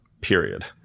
period